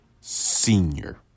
senior